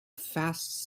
fast